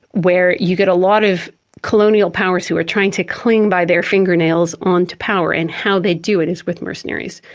where you get a lot of colonial powers who are trying to cling by their fingernails onto power, and how they do it is with mercenaries.